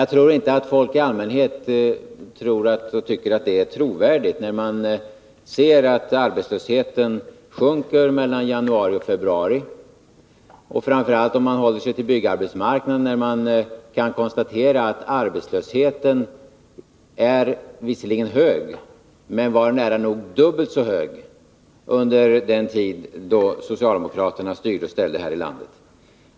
Jag tror dock inte att folk i allmänhet tycker att detta tal är trovärdigt när de ser att arbetslösheten sjunker mellan januari och februari — och framför allt om man håller sig till byggarbetsmarknaden och kan konstatera att arbetslösheten där visserligen är hög men att den var nära nog dubbelt så hög under den tid då socialdemokraterna styrde och ställde här i landet.